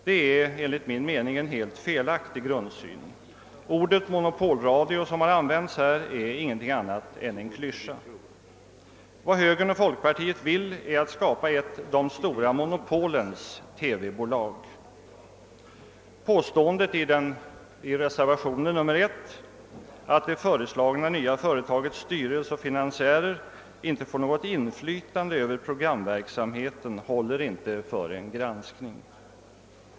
Det är enligt min mening en helt felaktig grundsyn. Ordet monopolradio som har använts här är intet annat än en klyscha. Vad högern och folkpartiet vill är att skapa ett de stora monopolens TV-bolag. Påståendet i reservation nr 1 att det föreslagna nya företagets styrelse och fi nansiärer inte får något inflytande över programverksamheten håller inte för en granskning.